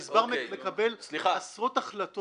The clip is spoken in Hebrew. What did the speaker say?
הגזבר מקבל עשרות החלטות